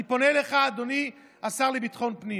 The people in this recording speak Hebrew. אני פונה אליך, אדוני השר לביטחון פנים.